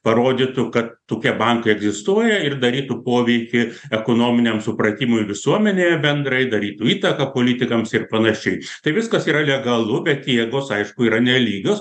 parodytų kad tokie bankai egzistuoja ir darytų poveikį ekonominiam supratimui visuomenėje bendrai darytų įtaką politikams ir panašiai tai viskas yra legalu bet jėgos aišku yra nelygios